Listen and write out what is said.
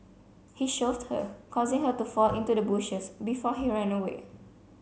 he shoved her causing her to fall into the bushes before he ran away